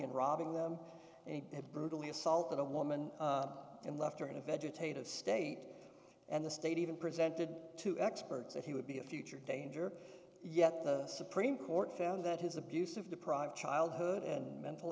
and robbing them and brutally assaulted a woman and left her in a vegetative state and the state even presented to experts that he would be a future danger yet the supreme court found that his abusive deprived childhood and mental